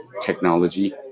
technology